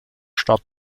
stadt